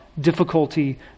difficulty